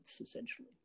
essentially